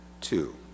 two